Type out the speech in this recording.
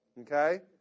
Okay